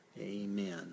Amen